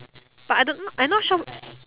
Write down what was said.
but I don't know I not sure